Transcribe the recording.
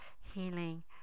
healing